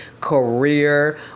career